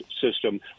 system